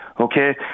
okay